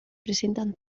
presentan